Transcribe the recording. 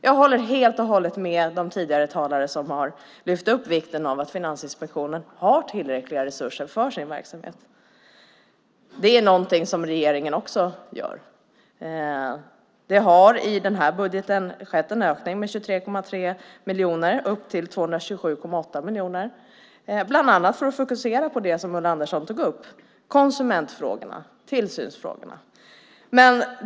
Jag håller helt och hållet med de tidigare talare som har lyft upp vikten av att Finansinspektionen har tillräckliga resurser för sin verksamhet. Det anser även regeringen som i budgeten har höjt anslaget med 3,3 miljoner till 227,8 miljoner, bland annat för att sätta fokus på det som Ulla Andersson tog upp, nämligen konsument och tillsynsfrågorna.